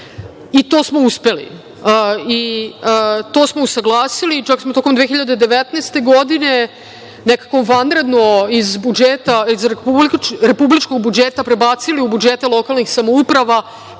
To smo uspeli i to smo usaglasili, čak smo tokom 2019. godine nekako vanredno iz budžeta Republike prebacili u budžete lokalnih samouprava,